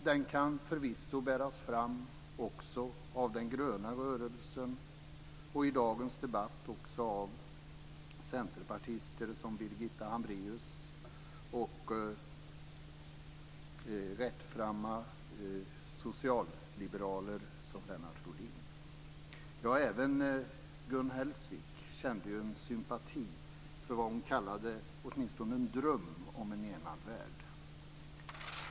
Den kan förvisso bäras fram också av den gröna rörelsen och, i dagens debatt, även av centerpartister, t.ex. Birgitta Hambraeus, och av rättframma socialiberaler, t.ex. Lennart Rohdin. Även Gun Hellsvik kände sympati för vad hon kallade åtminstone en dröm om en enad värld.